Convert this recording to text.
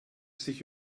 sich